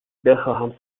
بخواهم